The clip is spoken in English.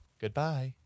Goodbye